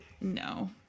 no